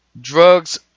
Drugs